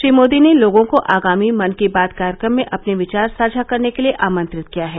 श्री मोदी ने लोगों को आगामी मन की बात कार्यक्रम में अपने विचार साझा करने के लिए आमंत्रित किया है